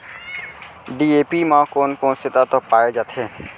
DAP म कोन कोन से तत्व पाए जाथे?